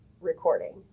recording